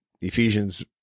Ephesians